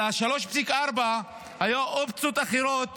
על 3.4 היו אופציות אחרות